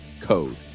code